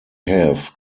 have